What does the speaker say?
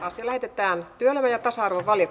asia lähetettiin työelämä ja tasa arvon vaalit